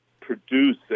produce